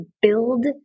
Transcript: build